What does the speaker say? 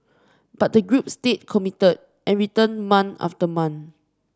but the group stayed committed and returned month after month